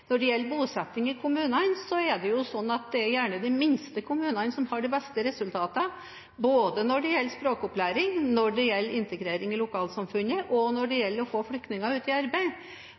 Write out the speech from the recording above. Når det gjelder bosetting i kommunene, er det gjerne de minste kommunene som har de beste resultatene, både når det gjelder språkopplæring, når det gjelder integrering i lokalsamfunnet, og når det gjelder å få flyktninger ut i arbeid.